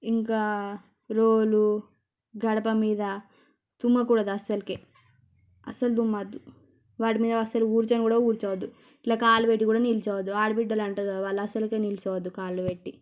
ఇంకా రోలు గడప మీద తుమ్మకూడదు అస్సలకే అసలు తుమ్మద్దు వాటి మీద అసలు కూర్చొని కూడా కూర్చోవద్దు ఇట్లా కాలు పెట్టి కూడా నిల్చవద్దు ఆడబిడ్డలు అంటారు కదా వాళ్ళు అస్సలకే నిల్చవద్దు కాళ్ళు పెట్టి